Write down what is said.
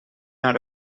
naar